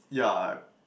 yeah